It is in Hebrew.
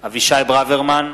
אבישי ברוורמן,